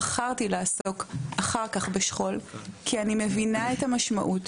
בחרתי לעסוק אחר כך בשכול כי אני מבינה את המשמעות.